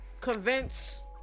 convince